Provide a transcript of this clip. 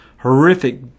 horrific